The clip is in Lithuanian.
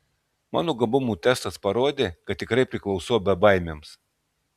mano gabumų testas parodė kad tikrai priklausau bebaimiams